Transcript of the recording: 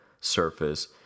surface